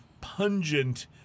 pungent